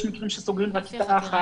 יש מקרים שסוגרים רק כיתה אחת,